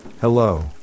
Hello